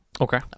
Okay